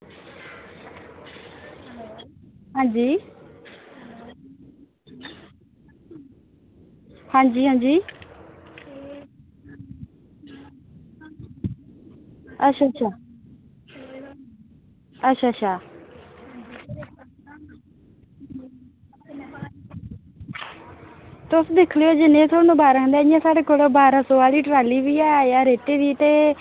हां जी हां जी हां जी अच्चा अच्छा तुस दिक्खी लेओ जिन्नां तुसेंगी बारा सौ आह्ली ट्राली बी ऐ रेते आह्ली ते